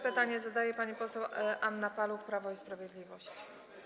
Pytanie zadaje pani poseł Anna Paluch, Prawo i Sprawiedliwość.